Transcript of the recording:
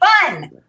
Fun